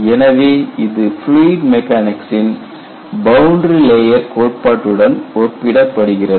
எனவே இது ஃப்லுயிட் மெக்கானிக்சின் பவுண்டரி லேயர் கோட்பாட்டுடன் ஒப்பிடப்படுகிறது